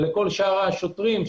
ולכל שאר השוטרים,